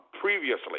previously